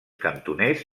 cantoners